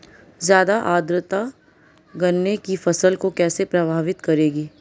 ज़्यादा आर्द्रता गन्ने की फसल को कैसे प्रभावित करेगी?